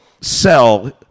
sell